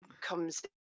comes